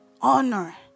Honor